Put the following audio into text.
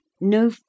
no